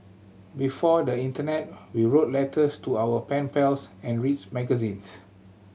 before the internet we wrote letters to our pen pals and reads magazines